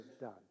done